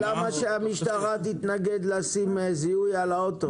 למה שהמשטרה תתנגד לשים זיהוי על האוטו?